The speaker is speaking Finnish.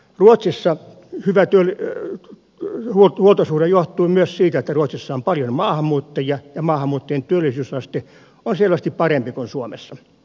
ruotsissa hyvä huoltosuhde johtuu myös siitä että ruotsissa on paljon maahanmuuttajia ja maahanmuuttajien työllisyysaste on selvästi parempi kuin suomessa